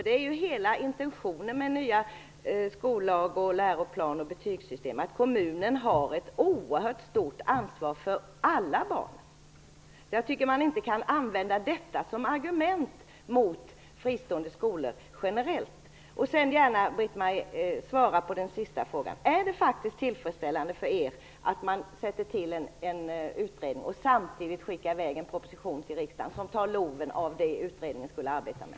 Det är ju hela intentionen med den nya skollagen, läroplanen, betygssystemet, att kommunen har ett stort ansvar för alla barn. Jag tycker inte man kan använda detta som argument mot fristående skolor generellt. Sedan skulle jag vilja att Britt-Marie Danestig Olofsson också svarade på min sista fråga: Är det tillfredsställande för er att man tillsätter en utredning och samtidigt skickar i väg en proposition till riksdagen som tar loven av det utredningen skulle arbeta med?